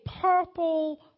purple